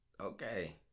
Okay